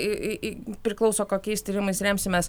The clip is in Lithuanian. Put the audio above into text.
į priklauso kokiais tyrimais remsimės